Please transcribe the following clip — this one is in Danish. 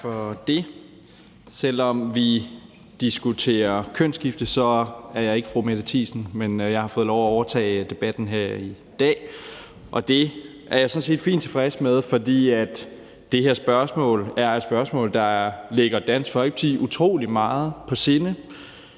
Tak for det. Selv om vi diskuterer kønsskifte, er jeg ikke fru Mette Thiesen. Men jeg har fået lov at overtage debatten her i dag. Det er jeg sådan set fint tilfreds med, for det her spørgsmål er et spørgsmål, der ligger Dansk Folkeparti utrolig meget på sinde.